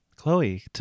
chloe